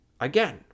again